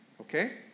Okay